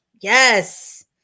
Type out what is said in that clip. Yes